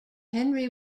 henry